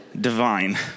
divine